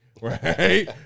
right